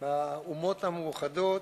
באומות המאוחדות,